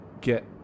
get